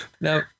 now